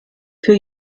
für